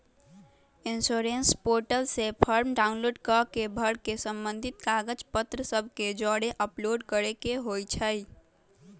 insurance portal से form download कऽ के भर के संबंधित कागज पत्र सभ के जौरे अपलोड करेके होइ छइ